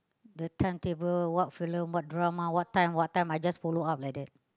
the timetable what film what drama what time what time I just follow up like that